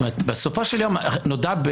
בסופו של יום נודע,